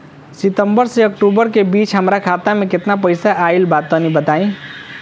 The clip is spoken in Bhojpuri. सितंबर से अक्टूबर के बीच हमार खाता मे केतना पईसा आइल बा तनि बताईं?